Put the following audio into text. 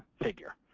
figure.